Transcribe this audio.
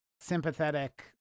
Sympathetic